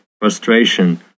frustration